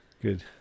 Good